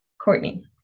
Courtney